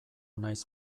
nahiz